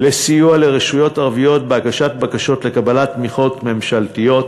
לסיוע לרשויות ערביות בהגשת בקשות לקבלת תמיכות ממשלתיות.